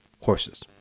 horses